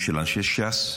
-- עם אנשי ש"ס.